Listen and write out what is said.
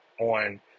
on